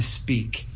speak